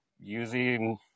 using